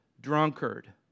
drunkard